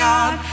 God